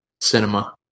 cinema